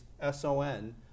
S-O-N